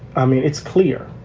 i mean, it's clear